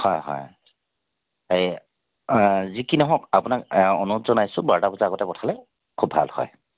হয় হয় এই অ যিকি নহওক আপোনাক এ অনুৰোধ জনাইছোঁ বাৰটা বজাৰ আগতে পঠালে খুব ভাল হয়